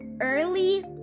early